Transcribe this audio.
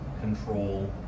control